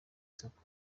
isoko